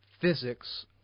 physics